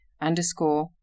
underscore